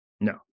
No